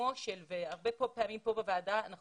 בעיצומו והרבה פעמים כאן בוועדה אנחנו